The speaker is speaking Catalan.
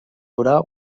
durar